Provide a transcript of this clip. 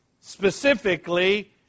specifically